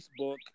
Facebook